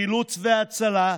חילוץ והצלה,